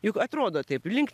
juk atrodo taip link